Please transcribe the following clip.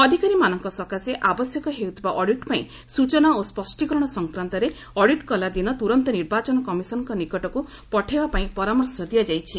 ଅଧିକାରୀମାନଙ୍କ ସକାଶେ ଆବଶ୍ୟକ ହେଉଥିବା ଅଡ଼ିଟ୍ ପାଇଁ ସୂଚନା ଓ ସ୍ୱଷ୍ଟୀକରଣ ସଂକ୍ରାନ୍ତରେ ଅଡିଟ୍ କଲା ଦିନ ତୁରନ୍ତ ନିର୍ବାଚନ କମିଶନ୍ଙ୍କ ନିକଟକୁ ପଠାଇବାପାଇଁ ପରାମର୍ଶ ଦିଆଯାଇଛି